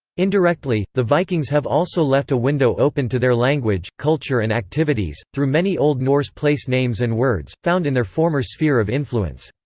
indirectly, the vikings have also left a window open to their language, culture and activities, through many old norse place names and words, found in their former sphere of influence.